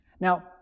Now